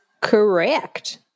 correct